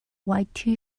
white